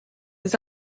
les